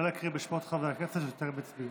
נא לקרוא בשמות חברי הכנסת שטרם הצביעו.